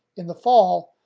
in the fall,